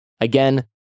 Again